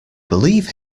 believe